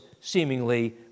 seemingly